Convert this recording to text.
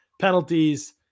penalties